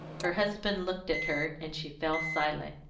her husband looked at her, and she fell silent.